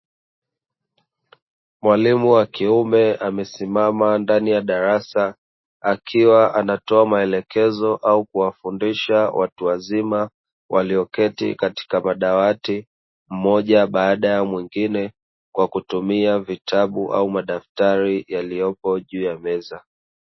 Mwalimu wa kiume amesimama ndani ya darasa, akiwa anatoa maelekezo au kuwafundisha watu wazima walioketi katika madawati mmoja baada ya mwingine kwa kutumia vitabu au madaftari yaliyopo juu ya meza.